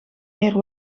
meer